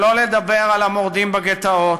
שלא לדבר על המורדים בגטאות,